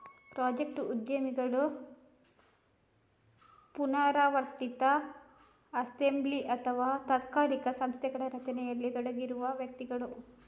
project ಉದ್ಯಮಿಗಳು ಪುನರಾವರ್ತಿತ assembly ಅಥವಾ ತಾತ್ಕಾಲಿಕ ಸಂಸ್ಥೆಗಳ ರಚನೆಯಲ್ಲಿ ತೊಡಗಿರುವ ವ್ಯಕ್ತಿಗಳು